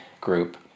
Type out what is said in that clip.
group